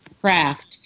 craft